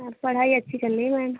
पढ़ाई अच्छी चल रही है मैम